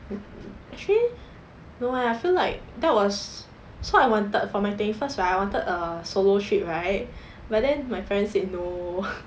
actually no eh I feel like that was so I wanted for my twenty first right I wanted a solo trip right but then my friend said no